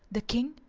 the king,